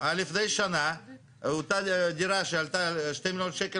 עד לפני שנה אותה דירה שעלתה 2,000,000 שקלים